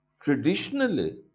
Traditionally